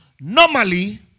Normally